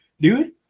dude